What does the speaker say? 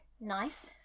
Nice